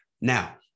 now